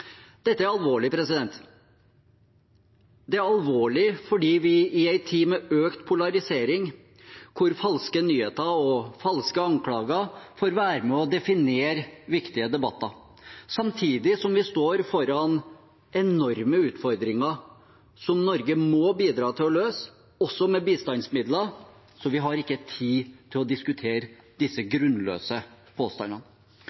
Dette er alvorlig. Det er alvorlig i en tid med økt polarisering, der falske nyheter og falske anklager får være med og definere viktige debatter, samtidig som vi står foran enorme utfordringer som Norge må bidra til å løse, også med bistandsmidler. Vi har ikke tid til å diskutere disse